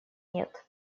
нет